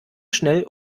schnell